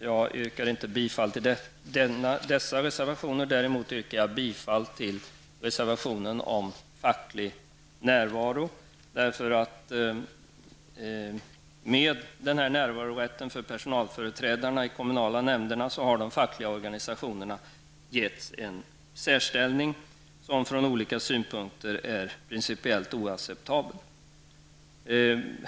Jag yrkar inte bifall till dem -- Med den föreslagna närvarorätten för personalföreträdare i de kommunala nämnderna har de fackliga organisationerna givits en särställning som från olika synpunkter är principiellt oacceptabel.